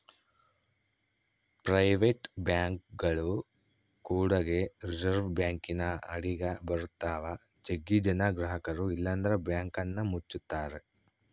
private ಬ್ಯಾಂಕ್ಗಳು ಕೂಡಗೆ reserve ಬ್ಯಾಂಕಿನ ಅಡಿಗ ಬರುತ್ತವ, ಜಗ್ಗಿ ಜನ ಗ್ರಹಕರು ಇಲ್ಲಂದ್ರ ಬ್ಯಾಂಕನ್ನ ಮುಚ್ಚುತ್ತಾರ